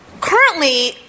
Currently